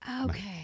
Okay